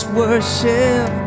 worship